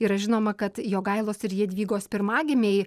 yra žinoma kad jogailos ir jadvygos pirmagimiai